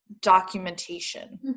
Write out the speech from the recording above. documentation